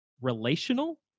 relational